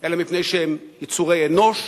אלא מפני שהם יצורי אנוש,